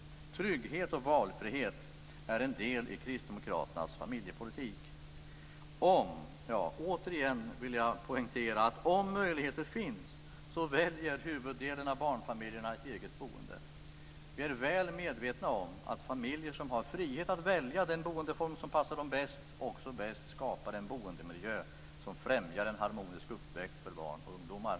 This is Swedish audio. Trygghet och valfrihet i boendet är en del i Kristdemokraternas familjepolitik. Om - åter vill jag poängtera detta - möjligheter finns väljer huvuddelen av barnfamiljerna ett eget boende. Vi är väl medvetna om att familjer som har frihet att välja den boendeform som passar dem bäst också bäst skapar en boendemiljö som främjar en harmonisk uppväxt för barn och ungdomar.